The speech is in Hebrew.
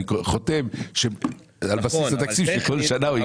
אני חותם על בסיס התקציב שייכנס כל שנה.